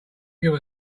give